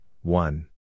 one